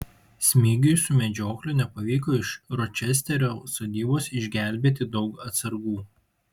smigiui su medžiokliu nepavyko iš ročesterio sodybos išgelbėti daug atsargų